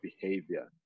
behavior